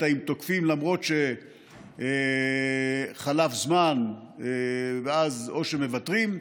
אם תוקפים למרות שחלף זמן ואז או שמוותרים או,